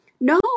No